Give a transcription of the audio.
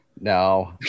No